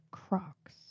Crocs